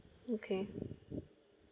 okay